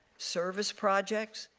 service projects,